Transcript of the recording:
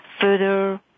further